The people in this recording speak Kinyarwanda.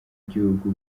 gihugu